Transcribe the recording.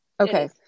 Okay